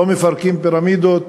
לא מפרקים פירמידות,